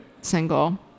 single